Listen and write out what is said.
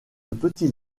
petit